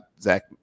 zach